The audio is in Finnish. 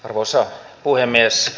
arvoisa puhemies